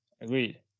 Agreed